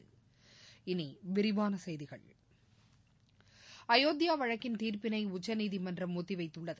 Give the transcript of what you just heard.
இனி விரிவான செய்திகள் அயோத்தியா வழக்கின் தீர்ப்பினை உச்சநீதிமன்றம் ஒத்திவைத்துள்ளது